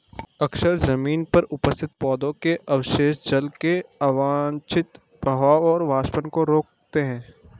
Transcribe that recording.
अक्सर जमीन पर उपस्थित पौधों के अवशेष जल के अवांछित बहाव और वाष्पन को रोकते हैं